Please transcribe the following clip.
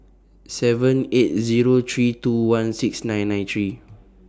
seven eight Zero three two one six nine nine three